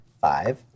five